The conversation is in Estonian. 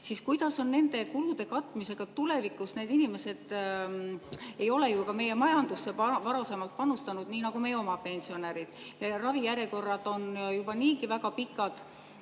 asja. Kuidas on nende kulude katmisega tulevikus? Need inimesed ei ole ju ka meie majandusse varasemalt panustanud nii nagu meie oma pensionärid. Ravijärjekorrad on juba niigi väga pikad.